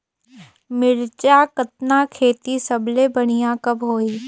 मिरचा कतना खेती सबले बढ़िया कब होही?